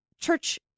church